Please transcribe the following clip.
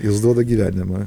jos duoda gyvenimą